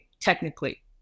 Technically